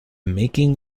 making